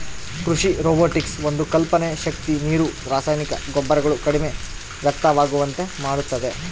ಕೃಷಿ ರೊಬೊಟಿಕ್ಸ್ ಒಂದು ಕಲ್ಪನೆ ಶಕ್ತಿ ನೀರು ರಾಸಾಯನಿಕ ರಸಗೊಬ್ಬರಗಳು ಕಡಿಮೆ ವ್ಯರ್ಥವಾಗುವಂತೆ ಮಾಡುತ್ತದೆ